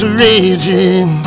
raging